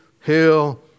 heal